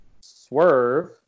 Swerve